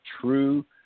true